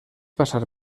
passar